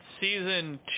Season